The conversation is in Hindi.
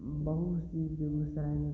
बहुत सी बेगुसराय में